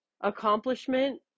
accomplishment